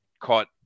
caught